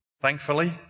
thankfully